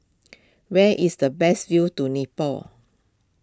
where is the best view to Nepal